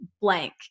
blank